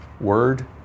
word